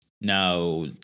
Now